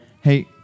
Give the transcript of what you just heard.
Hey